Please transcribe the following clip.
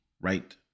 right